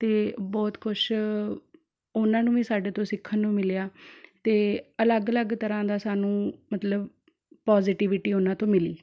ਅਤੇ ਬਹੁਤ ਕੁਛ ਉਹਨਾਂ ਨੂੰ ਵੀ ਸਾਡੇ ਤੋਂ ਸਿੱਖਣ ਨੂੰ ਮਿਲਿਆ ਅਤੇ ਅਲੱਗ ਅਲੱਗ ਤਰ੍ਹਾਂ ਦਾ ਸਾਨੂੰ ਮਤਲਬ ਪੋਜ਼ੀਟੀਵਿਟੀ ਉਹਨਾਂ ਤੋਂ ਮਿਲੀ